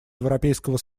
европейского